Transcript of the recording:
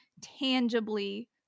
tangibly